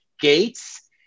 Gates